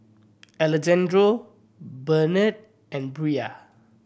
Alejandro Benard and Bria